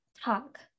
talk